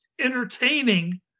entertaining